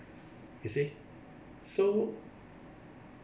you see so